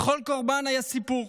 לכל קורבן היה סיפור,